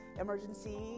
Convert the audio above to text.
emergency